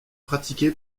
pratiqué